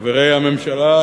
חברי הממשלה,